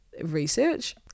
research